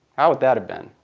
how would that have been?